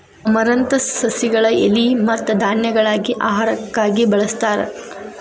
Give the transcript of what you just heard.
amaranthus ಸಸಿಗಳ ಎಲಿ ಮತ್ತ ಧಾನ್ಯಗಳಾಗಿ ಆಹಾರಕ್ಕಾಗಿ ಬಳಸ್ತಾರ